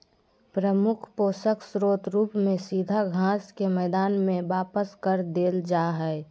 प्रमुख पोषक स्रोत रूप में सीधा घास के मैदान में वापस कर देल जा हइ